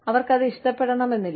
അവർക്കത് ഇഷ്ടപ്പെടണമെന്നില്ല